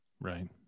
Right